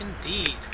indeed